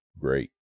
great